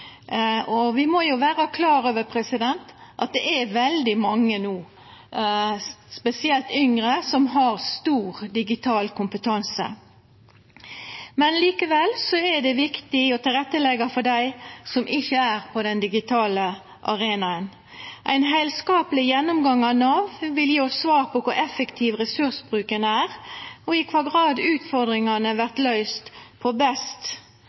Vi må vera klar over at det no er veldig mange, spesielt yngre, som har stor digital kompetanse. Likevel er det viktig å leggja til rette også for dei som ikkje er på den digitale arenaen. Ein heilskapleg gjennomgang av Nav vil gje oss svar på kor effektiv ressursbruken er, og i kva grad utfordringane vert løyste på